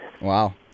Wow